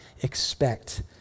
expect